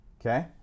okay